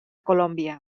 colòmbia